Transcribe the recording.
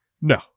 no